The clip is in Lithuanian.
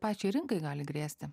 pačiai rinkai gali grėsti